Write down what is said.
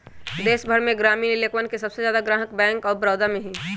देश भर में ग्रामीण इलकवन के सबसे ज्यादा ग्राहक बैंक आफ बडौदा में हई